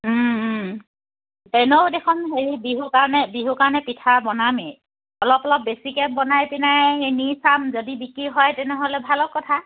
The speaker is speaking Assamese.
তেনেও দেখোন হেৰি বিহুৰ কাৰণে বিহুৰ কাৰণে পিঠা বনামেই অলপ অলপ বেছিকে বনাই পিনাই নি চাম যদি বিক্ৰী হয় তেনেহ'লে ভালৰ কথা